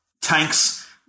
tanks